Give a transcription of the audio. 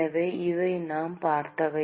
எனவே இவை நாம் பார்த்தவை